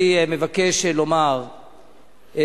אני מבקש לומר,